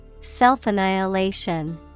Self-annihilation